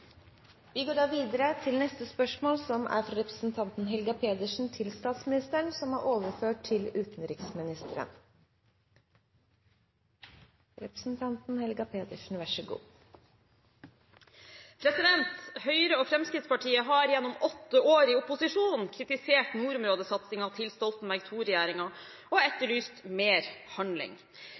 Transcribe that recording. Vi går da tilbake til spørsmål 1. Dette spørsmålet, fra representanten Helga Pedersen til statsministeren, er overført til utenriksministeren. «Høyre og Fremskrittspartiet har gjennom 8 år i opposisjon kritisert nordområdesatsingen til Stoltenberg II-regjeringen, og etterlyst mer handling.